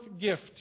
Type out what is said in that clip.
gift